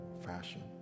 fashion